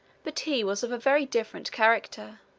but he was of a very different character.